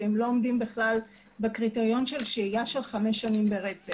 כי הם לא עומדים בכלל בקריטריון של השהייה של 5 שנים ברצף.